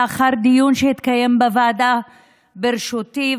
לאחר דיון שהתקיים בוועדה בראשותי,